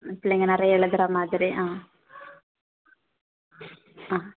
ஆ பிள்ளைங்கள் நிறைய எழுதுற மாதிரி ஆ ஆ